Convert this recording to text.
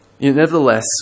Nevertheless